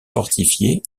fortifié